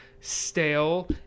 stale